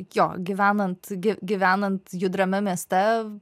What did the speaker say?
jo gyvenant gi gyvenant judriame mieste